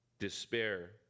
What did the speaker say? despair